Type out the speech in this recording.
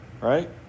right